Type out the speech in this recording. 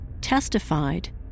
testified